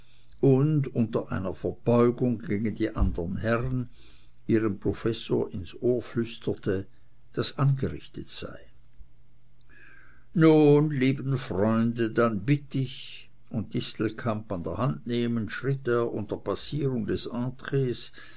und unter einer verbeugung gegen die anderen herren ihrem professor ins ohr flüsterte daß angerichtet sei nun lieben freunde dann bitt ich und distelkamp an der hand nehmend schritt er unter passierung des entrees